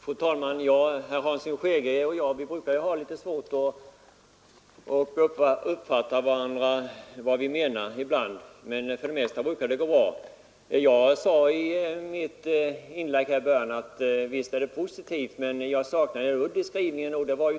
Fru talman! Herr Hansson i Skegrie och jag brukar ha litet svårt att uppfatta varandra rätt. Jag sade i början av mitt inlägg att visst är skrivningen positiv, men jag saknade en udd i den.